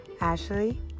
ashley